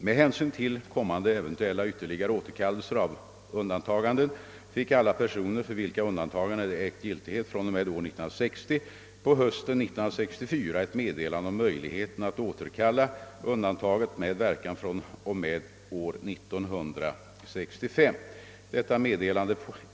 Med hänsyn till kommande eventuella ytterligare återkallelser av undantaganden fick alla personer, för vilka undantagande ägt giltighet fr.o.m. år 1960, på hösten 1964 ett meddelande om möjligheten att återkalla undantagandet med verkan fr.o.m. år 1965.